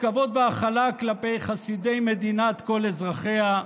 כבוד והכלה כלפי חסידי מדינת כל אזרחיה.